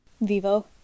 vivo